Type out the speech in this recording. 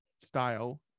style